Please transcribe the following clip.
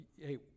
hey